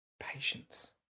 Patience